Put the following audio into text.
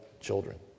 children